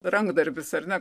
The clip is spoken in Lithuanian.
rankdarbis ar ne